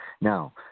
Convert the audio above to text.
Now